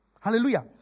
Hallelujah